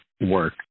work